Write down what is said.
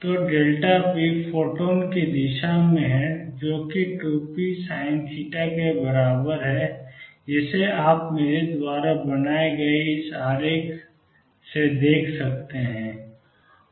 तो p photon की दिशा में है जो कि 2pSinθ के बराबर है जिसे आप मेरे द्वारा बनाए गए इस आरेख से देख सकते हैं